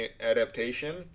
adaptation